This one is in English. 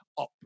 up